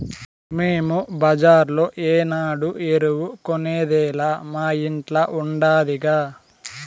మేము బజార్లో ఏనాడు ఎరువు కొనేదేలా మా ఇంట్ల ఉండాదిగా